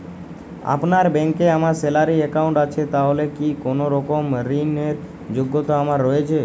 আপনার ব্যাংকে আমার স্যালারি অ্যাকাউন্ট আছে তাহলে কি কোনরকম ঋণ র যোগ্যতা আমার রয়েছে?